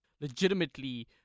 legitimately